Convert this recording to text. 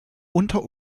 unter